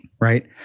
right